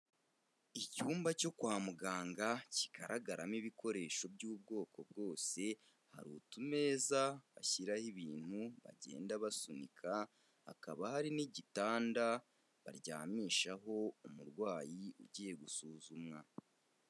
Icyumba cyo kwa muganga kigaragaramo ibikoresho by'ubwoko bwose, hari utumeza bashyiraho ibintu bagenda basunika, hakaba hari n'igitanda baryamishaho umurwayi ugiye gusuzumwa.